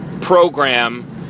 program